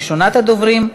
ראשונת הדוברים,